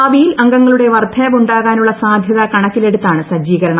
ഭാവിയിൽ അംഗങ്ങളുടെ വർദ്ധനവുണ്ടാകാനുള്ള സാധൃത കണക്കിലെടുത്താണ് സജ്ജീകരണം